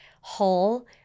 hall